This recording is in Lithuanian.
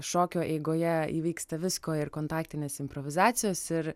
šokio eigoje įvyksta visko ir kontaktinės improvizacijos ir